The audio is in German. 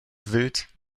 wild